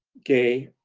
gay,